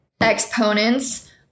exponents